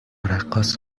رقاص